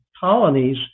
colonies